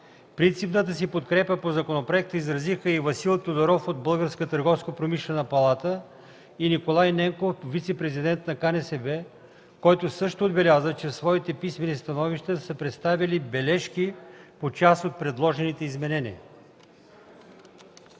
Принципната си подкрепа по законопроекта изразиха и Васил Тодоров от Българската търговско-промишлена палата, и Николай Ненков – вицепрезидент на КНСБ, които също отбелязаха, че в свои писмени становища са предоставили бележки по част от предложените изменения.